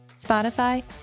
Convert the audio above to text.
Spotify